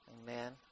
Amen